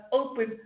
open